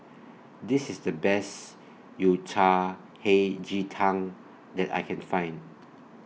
This IS The Best Yao Cai Hei Ji Tang that I Can Find